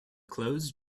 clothes